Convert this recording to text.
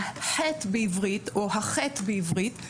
ה-ח' בעברית או ה'כי"ת' בעברית,